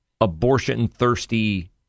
abortion-thirsty